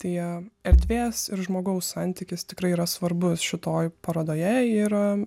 tai em erdvės ir žmogaus santykis tikrai yra svarbus šitoj parodoje ir a